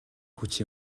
хүч